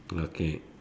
okay